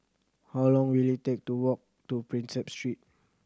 how long will it take to walk to Prinsep Street